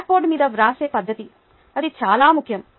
black board మీద వ్రాసే పద్దతి అది చాలా ముఖ్యం